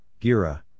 gira